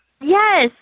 yes